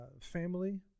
family